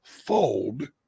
fold